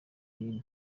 hino